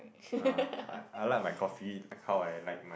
ah I I like my coffee like how I like my